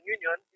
Union